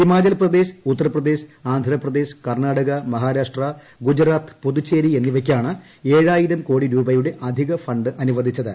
ഹിമാചൽപ്രദേശ് ഉത്തർപ്രദേശ് ആന്ധ്രാപ്രദേശ് കർണ്ണാടക മഹാരാഷ്ട്ര ഗുജറാത്ത് പുതുച്ചേരി എന്നീവയ്ക്കാണ് ഏഴായിരം കോടി രൂപയുടെ അധിക ഫ ് അനുവദിച്ചത്